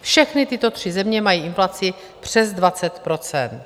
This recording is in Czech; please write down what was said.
Všechny tyto tři země mají inflaci přes 20 %.